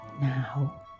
now